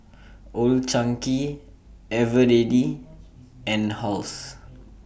Old Chang Kee Eveready and House